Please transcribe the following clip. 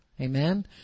Amen